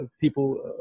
people